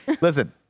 listen